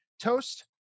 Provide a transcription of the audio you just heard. Toast